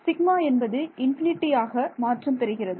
sigma என்பது infinity ஆக மாற்றம் பெறுகிறது